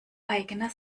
eigener